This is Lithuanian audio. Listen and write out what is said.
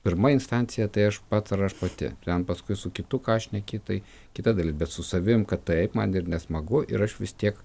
pirma instancija tai aš pats ar aš pati ten paskui su kitu ką šneki tai kita dalis bet su savim kad taip man ir nesmagu ir aš vis tiek